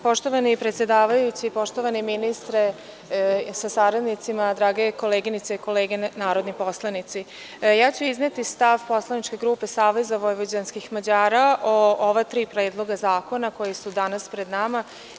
Poštovani predsedavajući, poštovani ministre sa saradnicima, drage koleginice i kolege narodni poslanici, ja ću izneti stav poslaničke grupe SVM o ova tri predloga zakona koji su danas pred nama.